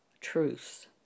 truths